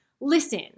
Listen